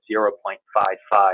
0.55